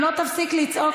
אם לא תפסיק לצעוק,